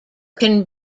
can